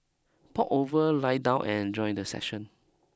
pop over lie down and enjoy the session